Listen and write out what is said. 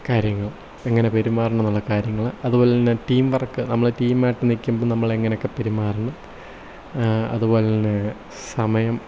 കാര്യങ്ങൾ എങ്ങനെ പെരുമാറണം എന്നുള്ള കാര്യങ്ങൾ അതുപോലെ തന്നെ ടീം വർക്ക് നമ്മൾ ടീം ആയിട്ട് നിൽക്കുമ്പം നമ്മൾ എങ്ങനെയൊക്കെ പെരുമാറുന്നത് അതുപോലെത്തന്നെ സമയം